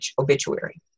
obituary